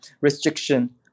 restriction